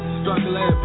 struggling